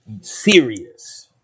serious